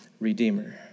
redeemer